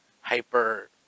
hyper